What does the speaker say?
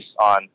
on